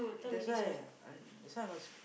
that's why ah that's why I was